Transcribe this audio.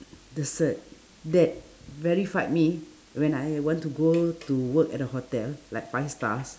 the cert that verified me when I want to go to work at a hotel like five stars